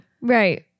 right